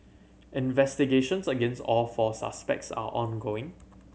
investigations against all four suspects are ongoing